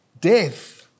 death